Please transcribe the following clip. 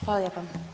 Hvala lijepa.